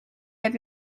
have